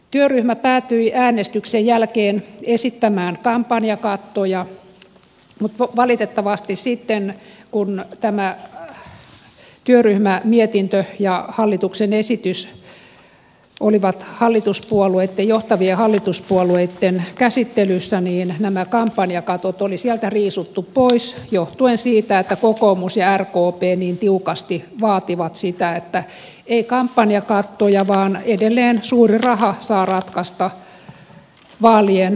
työryhmä päätyi äänestyksen jälkeen esittämään kampanjakattoja mutta valitettavasti sitten kun tämä työryhmän mietintö ja hallituksen esitys olivat johtavien hallituspuolueitten käsittelyssä niin nämä kampanjakatot oli sieltä riisuttu pois johtuen siitä että kokoomus ja rkp niin tiukasti vaativat sitä että ei kampanjakattoja vaan edelleen suuri raha saa ratkaista vaalien tuloksen